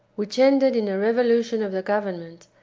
which ended in a revolution of the government,